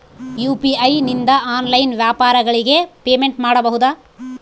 UPI ನಿಂದ online ವ್ಯಾಪಾರಗಳಿಗೆ payment ಮಾಡಬಹುದಾ?